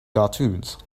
cartoons